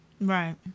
Right